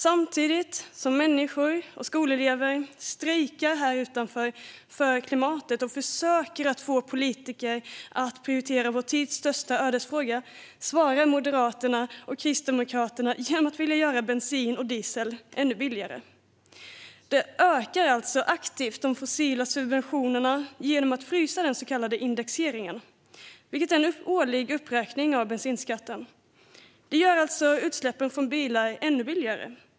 Samtidigt som människor, bland andra skolelever, strejkar för klimatet här utanför och försöker få politiker att prioritera vår tids största ödesfråga svarar Moderaterna och Kristdemokraterna genom att vilja göra bensin och diesel ännu billigare. De ökar alltså aktivt de fossila subventionerna genom att frysa den så kallade indexeringen, en årlig uppräkning av bensinskatten. Detta gör utsläppen från bilar ännu billigare.